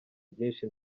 byinshi